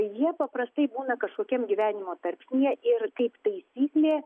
jie paprastai būna kažkokiam gyvenimo tarpsnyje ir kaip taisyklė